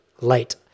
late